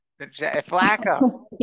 Flacco